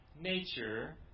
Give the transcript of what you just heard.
nature